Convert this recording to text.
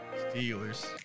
Steelers